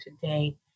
today